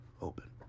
open